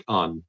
on